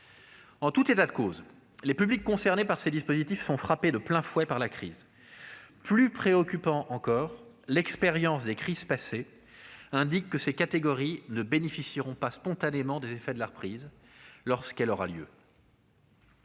En tout état de cause, les publics concernés par ces dispositifs sont frappés de plein fouet par la crise. Plus préoccupant encore, l'expérience des crises passées suggère que ces catégories ne bénéficieront pas spontanément des effets de la reprise, lorsqu'elle aura lieu